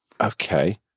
Okay